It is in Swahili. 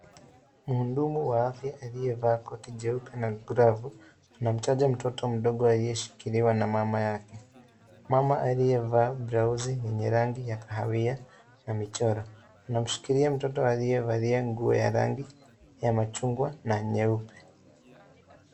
Mhudumu wa afya aliyevaa koti jeupe na glavu anamchanja mtoto mdogo aliyeshikiliwa na mama yake, mama aliyevaa blauzi yenye rangi ya kahawia na michoro, anamshikilia mtoto aliyevalia nguo ya rangi ya machungwa na nyeupe.